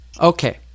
Okay